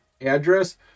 address